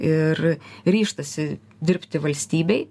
ir ryžtasi dirbti valstybei